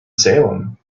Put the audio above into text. salem